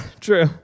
True